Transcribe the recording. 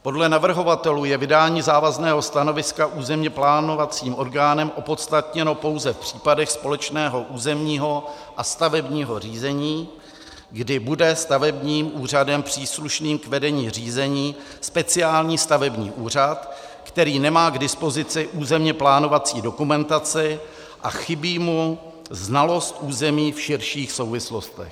Podle navrhovatelů je vydání závazného stanoviska územně plánovacím orgánem opodstatněno pouze v případech společného územního a stavebního řízení, kdy bude stavebním úřadem příslušným k vedení řízení speciální stavební úřad, který nemá k dispozici územně plánovací dokumentaci a chybí mu znalost území v širších souvislostech.